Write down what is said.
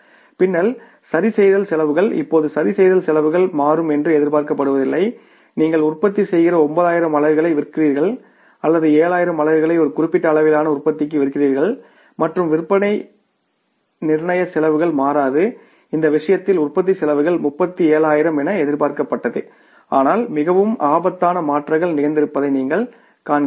பின்னர் சரிசெய்தல் செலவுகள் இப்போது சரிசெய்தல் செலவுகள் மாறும் என்று எதிர்பார்க்கப்படுவதில்லை நீங்கள் உற்பத்தி செய்கிற 9000 அலகுகளை விற்கிறீர்கள் அல்லது 7000 அலகுகளை ஒரு குறிப்பிட்ட அளவிலான உற்பத்திக்கு விற்கிறீர்கள் மற்றும் விற்பனை நிர்ணய செலவுகள் மாறாது இந்த விஷயத்தில் உற்பத்தி செலவுகள் 37000 என எதிர்பார்க்கப்பட்டது ஆனால் மிகவும் ஆபத்தான மாற்றங்கள் நிகழ்ந்திருப்பதை நீங்கள் காண்கிறீர்கள்